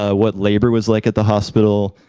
ah what labor was like at the hospital,